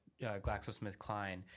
GlaxoSmithKline